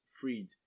freed